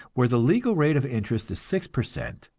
where the legal rate of interest is six per cent,